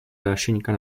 dášeňka